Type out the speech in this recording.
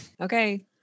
Okay